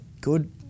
Good